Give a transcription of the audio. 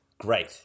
Great